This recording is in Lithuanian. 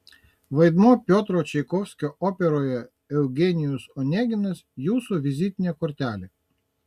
vaidmuo piotro čaikovskio operoje eugenijus oneginas jūsų vizitinė kortelė